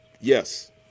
Yes